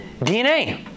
DNA